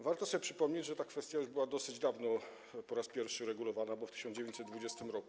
Warto sobie przypomnieć, że ta kwestia już była dosyć dawno po raz pierwszy regulowana, bo w 1920 r.